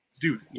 Dude